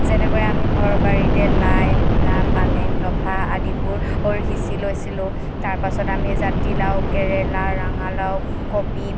যেনেকৈ আমি ঘৰৰ বাৰীতে লাই মূলা পালেং লফা আদিবোৰ সিঁচি লৈছিলোঁ তাৰ পাছত আমি জাতিলাও কেৰেলা ৰঙালাও কবি